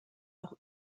auch